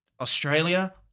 Australia